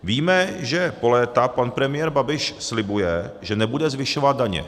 Víme, že po léta pan premiér Babiš slibuje, že nebude zvyšovat daně.